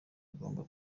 agomba